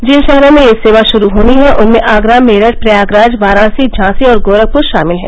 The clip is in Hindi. जिन शहरों में यह सेवा शुरू होनी है उनमें आगरा मेरठ प्रयागराज वाराणसी झांसी और गोरखपुर शामिल हैं